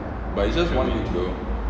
but is just one week though